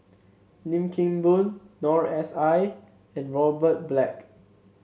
Lim Kim Boon Noor S I and Robert Black